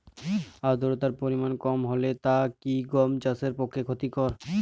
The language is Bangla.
আর্দতার পরিমাণ কম হলে তা কি গম চাষের পক্ষে ক্ষতিকর?